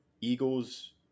Eagles